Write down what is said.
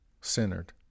centered